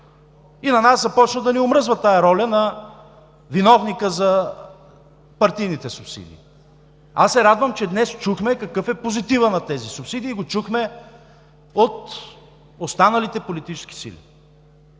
На нас започна да ни омръзва тази роля – на виновника за партийните субсидии. Аз се радвам, че днес чухме какъв е позитивът на тези субсидии и го чухме от останалите политически сили,